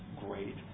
great